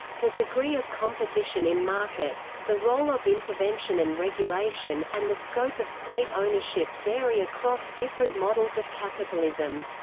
the degree of competition in markets, the role of intervention and regulation, and the scope of state ownership vary across different models of capitalism.